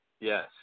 yes